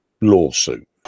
lawsuit